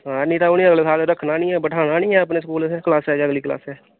हां नेईं तां उ'नें ई अगले साल रक्खना नेईं ऐ बठाना नेईं ऐ अपने स्कूल असें कलासें चा अगली कलासें